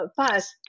pass